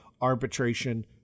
arbitration